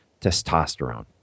Testosterone